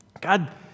God